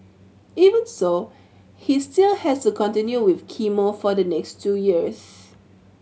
even so he still has to continue with chemo for the next two years